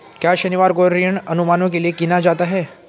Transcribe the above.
क्या शनिवार को ऋण अनुमानों के लिए गिना जाता है?